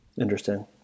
Interesting